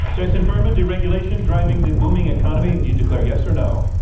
jason furman, deregulation driving the booming economy. do you declare yes or no?